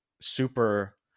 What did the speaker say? Super